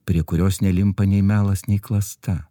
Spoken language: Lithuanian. prie kurios nelimpa nei melas nei klasta